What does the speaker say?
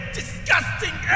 disgusting